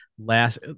last